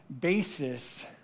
basis